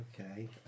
Okay